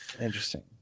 Interesting